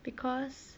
because